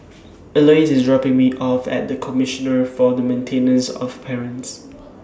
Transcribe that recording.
Elouise IS dropping Me off At The Commissioner For The Maintenance of Parents